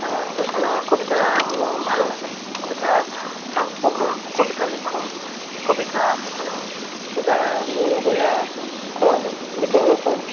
সেইকাৰণে কবিতা মোৰ ভাল লাগে কবিতা পঢ়োঁ কবিতা লিখোঁ কবিতা সেইকাৰণে মোৰ লগৰীয়া সমাজত বিতৰণো কৰোঁ